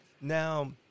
Now